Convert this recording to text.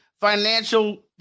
financial